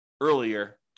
earlier